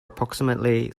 approximately